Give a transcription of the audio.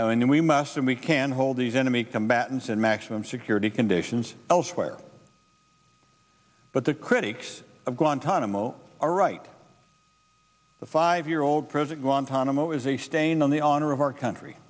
and we must and we can hold these enemy combatants and maximum security conditions elsewhere but the critics of guantanamo are right the five year old prison guantanamo is a stain on the honor of our country